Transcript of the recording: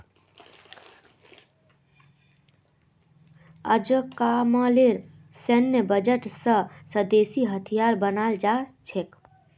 अजकामलेर सैन्य बजट स स्वदेशी हथियारो बनाल जा छेक